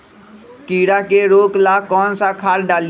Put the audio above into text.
कीड़ा के रोक ला कौन सा खाद्य डाली?